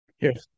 Yes